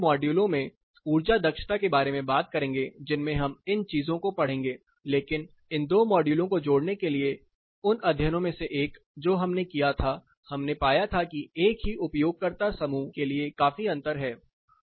हम उन मॉड्यूलों में ऊर्जा दक्षता के बारे में बात करेंगे जिनमें हम इन चीजों को पढ़ेंगे लेकिन इन दो मॉड्यूलों को जोड़ने के लिए उन अध्ययनों में से एक जो हमने किया था हमने पाया था कि एक ही उपयोगकर्ता समूह के लिए काफी अंतर है